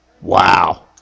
Wow